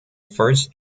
first